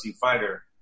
fighter